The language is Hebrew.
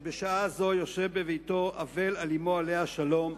שבשעה זו יושב בביתו אבל על אמו, עליה השלום,